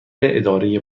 اداره